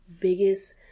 biggest